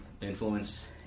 influence